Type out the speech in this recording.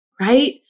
right